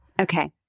Okay